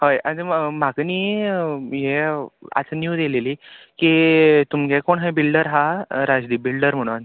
हय आतां म्हाका न्ही हे आतां न्यूज येयलेली की तुमगे कोण हय बिल्डर आहा राजदीप बिल्डर म्हणोन